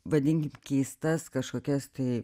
vadinkim keistas kažkokias tai